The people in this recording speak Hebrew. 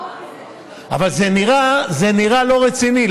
אבל זה נראה לא רציני.